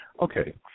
Okay